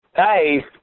Hey